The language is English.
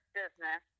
business